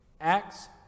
Acts